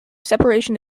separation